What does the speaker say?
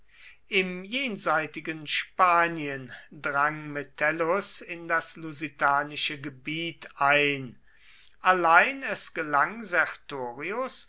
im jenseitigen spanien drang metellus in das lusitanische gebiet ein allein es gelang